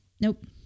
Nope